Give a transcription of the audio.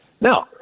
Now